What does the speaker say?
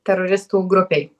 teroristų grupei